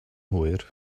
hwyr